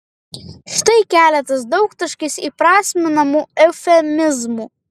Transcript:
štai keletas daugtaškiais įprasminamų eufemizmų